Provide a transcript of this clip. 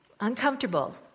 uncomfortable